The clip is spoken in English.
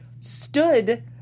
stood